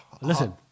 Listen